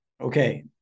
Okay